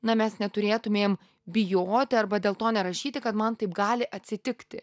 na mes neturėtumėm bijoti arba dėl to nerašyti kad man taip gali atsitikti